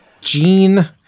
Gene